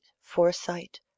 foresight